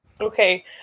Okay